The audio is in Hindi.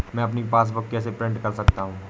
मैं अपनी पासबुक कैसे प्रिंट कर सकता हूँ?